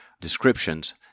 descriptions